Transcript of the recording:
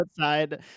outside